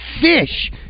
fish